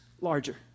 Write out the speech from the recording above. larger